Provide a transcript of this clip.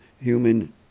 human